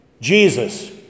Jesus